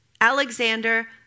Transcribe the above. Alexander